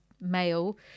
male